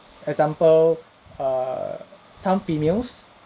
example err some females